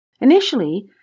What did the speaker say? Initially